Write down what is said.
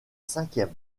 cinquième